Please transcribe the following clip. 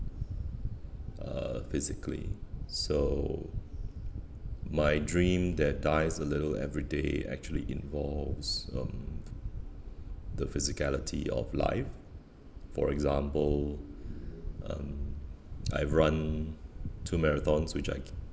uh physically so my dream that dies a little every day actually involves um the physicality of life for example um I run two marathons which I